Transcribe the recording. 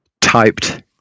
typed